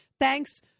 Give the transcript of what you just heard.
thanks